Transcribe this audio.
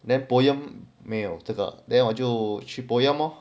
then POEMS 没有这个 then 我就去 POEMS lor